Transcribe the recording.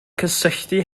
cysylltu